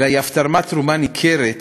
אף תרם תרומה ניכרת